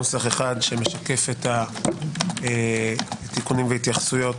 נוסח אחד שמשקף את התיקונים וההתייחסויות